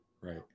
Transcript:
Right